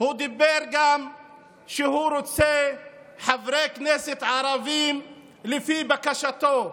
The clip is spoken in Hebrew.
הוא גם אמר שהוא רוצה חברי כנסת ערבים לפי בקשתו.